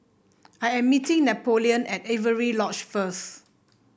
I am meeting Napoleon at Avery Lodge first